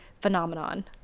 phenomenon